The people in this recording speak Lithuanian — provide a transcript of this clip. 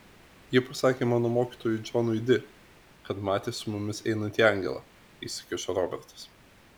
ji pasakė mano mokytojui džonui di kad matė su mumis einantį angelą įsikišo robertas